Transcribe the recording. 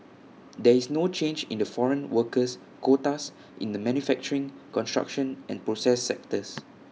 there is no change in the foreign workers quotas in the manufacturing construction and process sectors